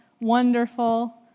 wonderful